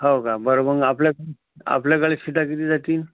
हो का बरं मग आपल्या आपल्याकडे शीटा किती जातील